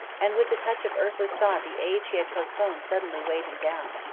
and with the touch of earthly sod the age he had postponed suddenly weighed him down.